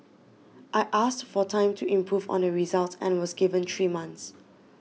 I asked for time to improve on the results and was given three months